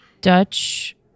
Dutch